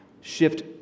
Shift